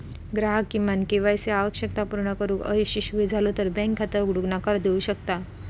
ग्राहक किमान K Y C आवश्यकता पूर्ण करुक अयशस्वी झालो तर बँक खाता उघडूक नकार देऊ शकता